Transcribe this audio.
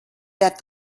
that